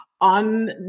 on